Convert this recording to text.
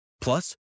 Plus